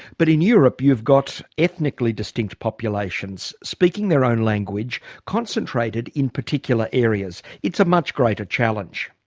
but in europe you've got ethnically distinct populations, speaking their own language, concentrated in particular areas. it's a much greater challenge.